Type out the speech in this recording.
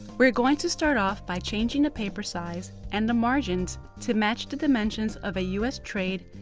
we are going to start off by changing the paper size and the margins to match the dimensions of a us trade,